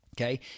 Okay